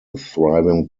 thriving